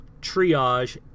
triage